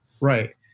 Right